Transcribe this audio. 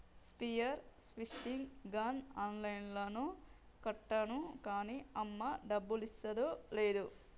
spear fishing gun ఆన్ లైన్లో కొంటాను కాన్నీ అమ్మ డబ్బులిస్తాదో లేదో